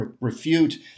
refute